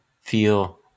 feel